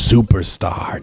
Superstar